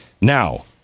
Now